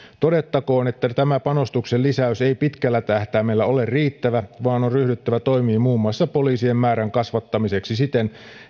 todettakoon että tämä panostuksen lisäys ei pitkällä tähtäimellä ole riittävä vaan on ryhdyttävä toimiin muun muassa poliisien määrän kasvattamiseksi siten